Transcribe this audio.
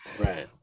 right